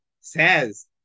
Says